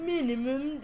Minimum